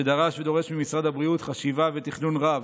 שדרש ודורש ממשרד הבריאות חשיבה ותכנון רב.